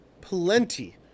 plenty